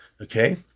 Okay